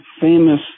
famous